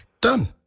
Done